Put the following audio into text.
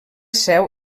seu